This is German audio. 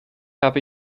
habe